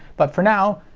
but for now,